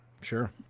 sure